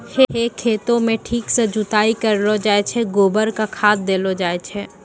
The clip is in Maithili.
है खेतों म ठीक सॅ जुताई करलो जाय छै, गोबर कॅ खाद देलो जाय छै